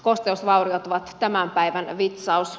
kosteusvauriot ovat tämän päivän vitsaus